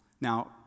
Now